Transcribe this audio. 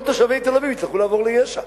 כל תושבי תל-אביב יצטרכו לעבור ליש"ע.